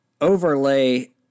overlay